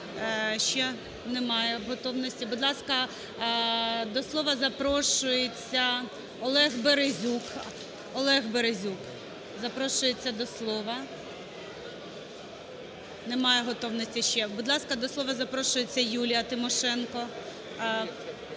Ще не має готовності. Будь ласка, до слова запрошується Олег Березюк. Олег Березюк запрошується до слова. Немає готовності ще. Будь ласка, що слова запрошується Юлія Тимошенко.